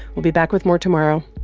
we'll be back with more tomorrow.